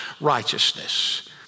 righteousness